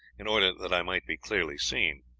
in order that i might be clearly seen.